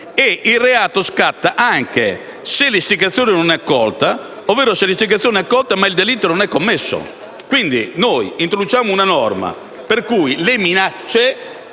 e il reato scatta anche se l'istigazione non è accolta, ovvero se l'istigazione è accolta ma il delitto non è commesso. Quindi introduciamo una norma che riguarda minacce